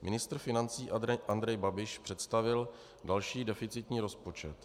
Ministr financí Andrej Babiš představil další deficitní rozpočet.